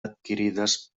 adquirides